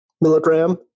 milligram